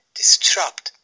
disrupt